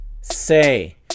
Say